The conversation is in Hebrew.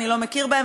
אני לא מכיר בהם,